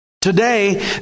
Today